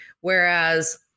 Whereas